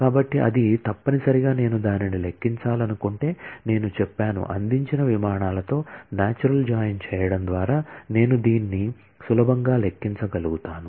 కాబట్టి అది తప్పనిసరిగా నేను దానిని లెక్కించాలనుకుంటే నేను చెప్పాను అందించిన విమానాలతో నాచురల్ జాయిన్ చేయడం ద్వారా నేను దీన్ని చాలా సులభంగా లెక్కించగలుగుతాను